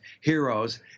heroes